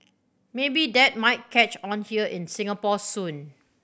maybe that might catch on here in Singapore soon